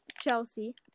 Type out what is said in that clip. Chelsea